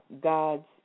God's